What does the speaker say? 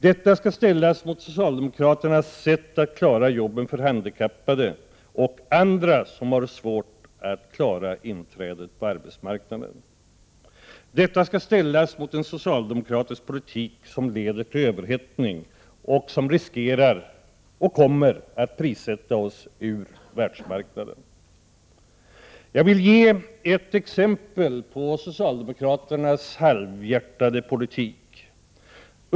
Det skall ställas mot socialdemokraternas sätt att klara jobben för handikappade och andra som har svårt att klara inträdet på arbetsmarknaden. Det skall ställas mot en socialdemokratisk politik som leder till överhettning och som riskerar att prissätta oss ut ur världsmarknaden. Jag vill ge ett exempel på socialdemokraternas halvhjärtade politik.